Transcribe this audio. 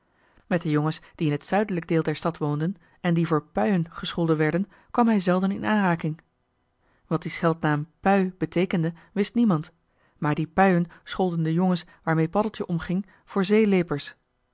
met de jongens die in het zuidelijk deel der stad woonden en die voor puien gescholden werden kwam hij zelden in aanraking wat die scheldnaam pui beteekende wist niemand maar die puien scholden de jongens waarmee paddeltje omging voor